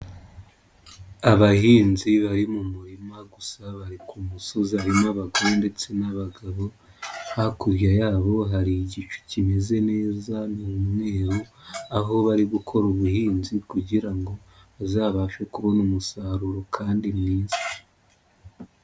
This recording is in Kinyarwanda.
Abahinzi bari mu murima gusa bari ku musozi harimo abagore ndetse n'abagabo, hakurya yabo hari igicu kimeze neza ni umweru, aho bari gukora ubuhinzi kugira ngo bazabashe kubona umusaruro kandi mwiza.